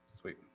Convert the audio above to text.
Sweet